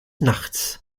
nachts